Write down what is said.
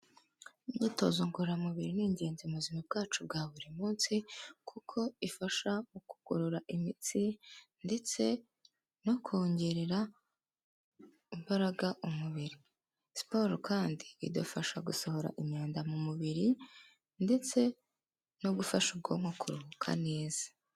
Imyitozo ngororamubiri ni ingenzi mu buzima bwacu bwa buri munsi kuko ifasha mu kugorora imitsi ndetse no kongerera imbaraga umubiri. Siporo kandi idufasha gusohora imyanda mu mubiri ndetse no gufasha ubwonko kuruhuka neza.